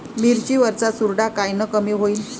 मिरची वरचा चुरडा कायनं कमी होईन?